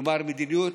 כלומר מדיניות